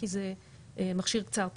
כי זה מכשיר קצר טווח.